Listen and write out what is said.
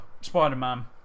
Spider-Man